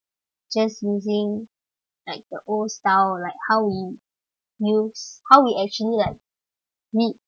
when reading a book you are like just using like the old style like how we use how we actually like read